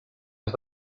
has